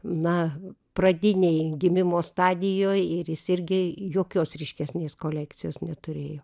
na pradinėj gimimo stadijoj ir jis irgi jokios ryškesnės kolekcijos neturėjo